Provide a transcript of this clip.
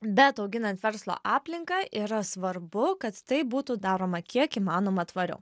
bet auginant verslo aplinką yra svarbu kad tai būtų daroma kiek įmanoma tvariau